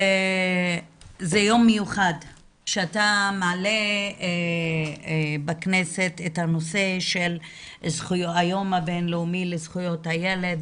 זה יום מיוחד שאתה מעלה בכנסת את הנושא של היום הבינלאומי לזכויות הילד,